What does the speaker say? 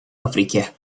африке